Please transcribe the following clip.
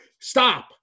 Stop